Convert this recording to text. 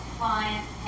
Client